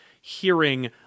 hearing